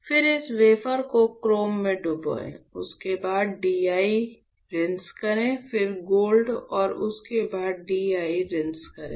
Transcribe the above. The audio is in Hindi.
फिर इस वेफर को क्रोम में डुबोएं उसके बाद DI रिंस करें फिर गोल्ड और उसके बाद DI रिंस करें